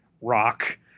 rock